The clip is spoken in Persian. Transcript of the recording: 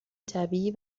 طبیعی